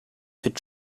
could